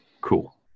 cool